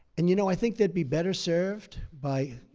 and you know, i think they'd be better served by